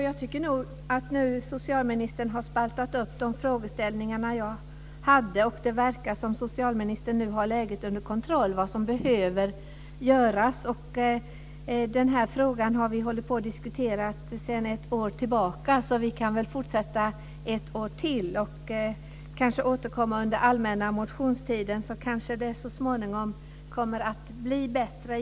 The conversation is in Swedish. Fru talman! Socialministern har spaltat upp mina frågeställningar, och det verkar som om socialministern har läget under kontroll för vad som behöver göras. Frågan har diskuterats under ett års tid. Vi kan väl fortsätta ett år till och kanske återkomma under allmänna motionstiden. Så småningom kanske det blir bättre.